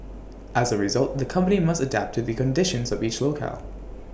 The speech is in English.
as A result the company must adapt to the conditions of each locale